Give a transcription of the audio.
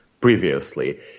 previously